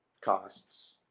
costs